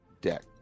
deck